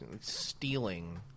stealing